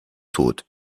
tot